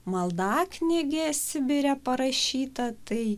maldaknygė sibire parašyta tai